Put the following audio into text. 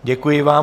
Děkuji vám.